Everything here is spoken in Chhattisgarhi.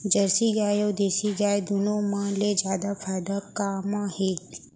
जरसी गाय अऊ देसी गाय दूनो मा ले जादा फायदा का मा हे?